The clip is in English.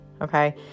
Okay